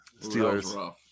Steelers